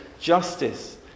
justice